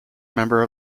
member